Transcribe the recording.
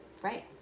Right